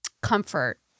comfort